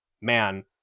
man